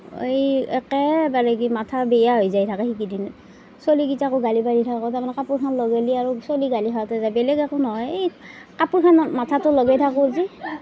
হেৰি একেবাৰে কি মাঠা বেয়া হৈ যাই থাকে সেইকেইদিন ছলিকিটাকো গালি পাৰি থাকোঁ কাপোৰখন লগাই ল'লে আৰু ছলিকিটাকো গালি খাওঁতেই যায় বেলেগ একো নহয় এই কাপোৰখনত মাঠাতো লগাই থাকোঁ যে